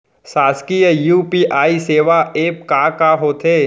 शासकीय यू.पी.आई सेवा एप का का होथे?